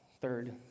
third